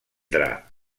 dra